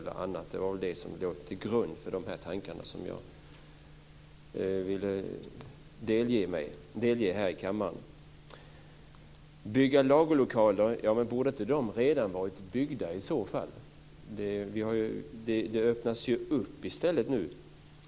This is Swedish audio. Det var detta som låg till grund för de tankar som jag ville delge här för kammaren. Det talades om att man måste bygga lagerlokaler. Men borde inte de i så fall redan ha varit byggda? Nu öppnas det i stället upp.